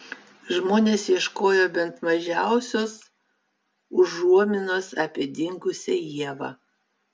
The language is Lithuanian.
žmonės ieškojo bent mažiausios užuominos apie dingusią ievą